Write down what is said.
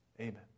amen